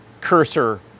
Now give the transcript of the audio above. cursor